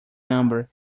number